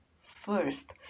first